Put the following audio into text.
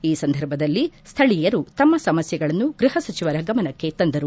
ಈ ಸಂದರ್ಭದಲ್ಲಿ ಸ್ಥಳೀಯರು ತಮ್ಮ ಸಮಸ್ಯೆಗಳನ್ನು ಗೃಹ ಸಚಿವರ ಗಮನಕ್ಕೆ ತಂದರು